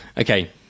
Okay